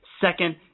second